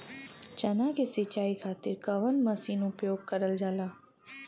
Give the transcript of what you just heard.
चना के सिंचाई खाती कवन मसीन उपयोग करल जाला?